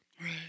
Right